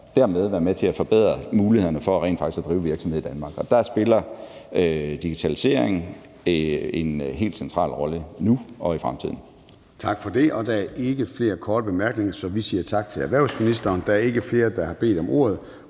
jeg, dermed være med til at forbedre mulighederne for rent faktisk at drive virksomhed i Danmark, og der spiller digitaliseringen en helt central rolle nu og i fremtiden. Kl. 10:52 Formanden (Søren Gade): Tak for det. Der er ikke flere korte bemærkninger, så vi siger tak til erhvervsministeren. Der er ikke flere, der har bedt om ordet,